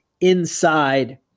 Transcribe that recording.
inside